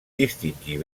distingir